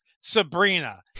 Sabrina